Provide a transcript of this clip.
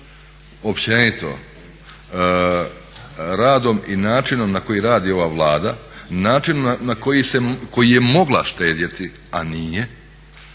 općenito radom i načinom na koji radi ova Vlada, načinom na koji je mogla štedjeti a nije,